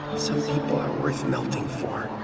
some people are worth melting for.